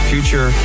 Future